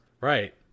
Right